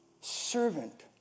servant